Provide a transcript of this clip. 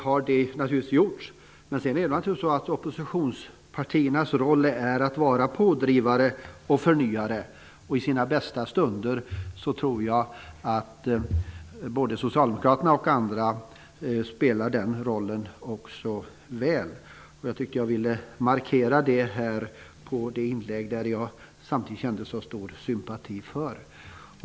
Jag tror att det delvis har gjorts. Oppositionspartiernas roll är naturligtvis att vara pådrivare och förnyare. I sina bästa stunder tror jag att såväl Socialdemokraterna som andra spelar den rollen nog så väl. Jag ville markera det här med anledning av det inlägg som jag samtidigt kände så stor sympati för.